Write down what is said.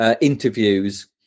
interviews